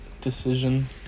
decision